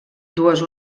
dues